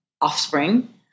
offspring